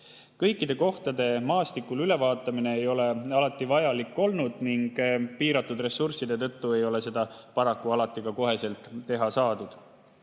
Kõikide kohtade maastikul ülevaatamine ei ole alati vajalik olnud ning piiratud ressursside tõttu ei ole seda paraku alati kohe teha saadud.